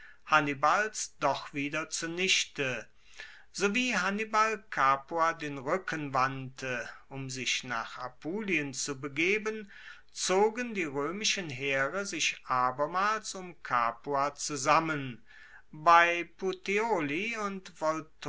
hannibals doch wieder zunichte sowie hannibal capua den ruecken wandte um sich nach apulien zu begeben zogen die roemischen heere sich abermals um capua zusammen bei puteoli und